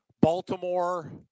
Baltimore